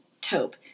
taupe